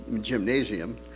gymnasium